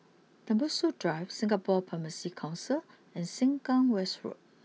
Tembusu Drive Singapore Pharmacy Council and Sengkang West Road